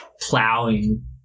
plowing